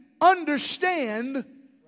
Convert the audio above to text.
understand